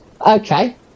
Okay